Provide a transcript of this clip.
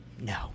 No